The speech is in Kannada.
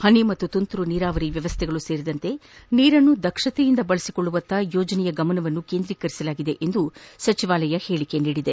ಹನಿ ಮತ್ತು ತುಂತುರು ನೀರಾವರಿ ವ್ಯವಸ್ಥೆಗಳು ಸೇರಿ ನೀರನ್ನು ದಕ್ಷತೆಯಿಂದ ಬಳಸಿಕೊಳ್ಳುವತ್ತ ಯೋಜನೆಯ ಗಮನವನ್ನು ಕೇಂದ್ರೀಕರಿಸಾಗಿದೆ ಎಂದು ಸಚಿವಾಲಯ ಹೇಳಿಕೆಯಲ್ಲಿ ತಿಳಿಸಿದೆ